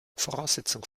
voraussetzung